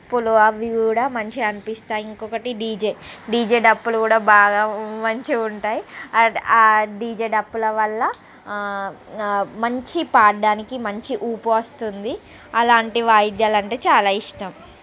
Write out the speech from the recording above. డప్పులు అవి కూడా మంచిగా అనిపిస్తాయి ఇంకొకటి డీజే డీజే డప్పులు కూడా బాగా మంచిగుంటాయి ఆ డీజే డప్పుల వల్ల మంచి పాడడానికి మంచి ఊపు వస్తుంది అలాంటి వాయిద్యాలు అంటే చాలా ఇష్టం